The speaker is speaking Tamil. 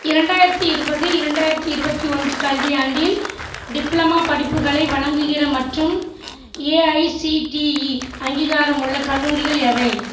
இரண்டாயிரத்து இருபது இரண்டாயிரத்து இருபத்தியொன்று கல்வியாண்டில் டிப்ளமோ படிப்புகளை வழங்குகிற மற்றும் ஏஐசிடிஇ அங்கீகாரமுள்ள கல்லூரிகள் எவை